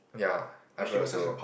ya iPhone also